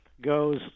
goes